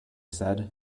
said